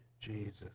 Jesus